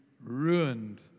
ruined